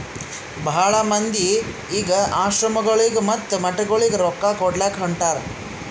ಭಾಳ ಮಂದಿ ಈಗ್ ಆಶ್ರಮಗೊಳಿಗ ಮತ್ತ ಮಠಗೊಳಿಗ ರೊಕ್ಕಾ ಕೊಡ್ಲಾಕ್ ಹೊಂಟಾರ್